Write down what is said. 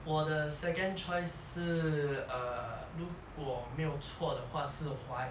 我的 second choice 是 err 如果没有错的话是华义